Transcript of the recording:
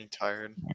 Tired